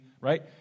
right